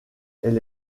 elle